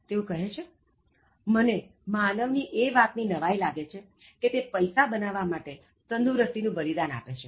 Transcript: તેઓ કહે છે મને માનવની એ વાતની નવાઇ લાગે છે કે તે પૈસા બનાવવા માટે તંદુરસ્તી નું બલિદાન આપે છે